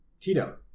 Tito